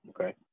Okay